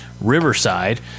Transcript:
riverside